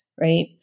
right